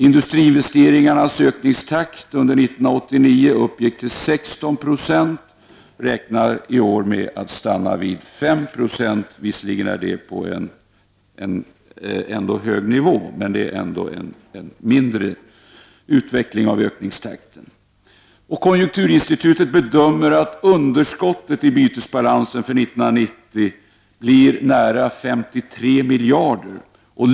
Industriinvesteringarnas ökningstakt under 1989 uppgick till 16 26, men beräknas i år stanna vid 5 26. Det är ändå en hög nivå, men det är en lägre ökningstakt. Konjukturinstitutet bedömer att underskottet i bytesbalansen för 1990 blir nära 53 miljarder.